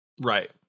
Right